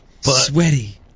sweaty